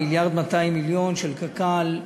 2015. יציג אותה חבר הכנסת משה גפני,